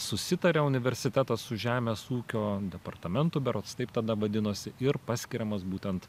susitarė universitetas su žemės ūkio departamentu berods taip tada vadinosi ir paskiriamas būtent